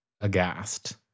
aghast